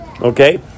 Okay